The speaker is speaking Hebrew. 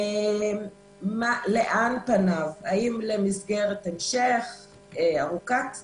לאן פניו האם למסגרת המשך ארוכת טווח?